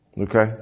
Okay